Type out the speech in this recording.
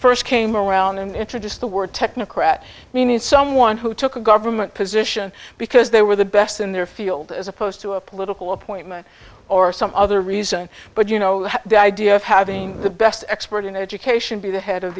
first came around and introduce the word technocrat means someone who took a government position because they were the best in their field as opposed to a political appointment or some other reason but you know the idea of having the best expert in education be the head of